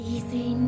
Easy